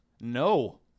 No